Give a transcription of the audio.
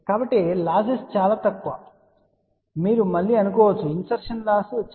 కాబట్టి లాస్సెస్ చాలా తక్కువ అని మీరు మళ్ళీ అనుకోవచ్చు ఇన్సర్షన్ లాస్ చాలా తక్కువ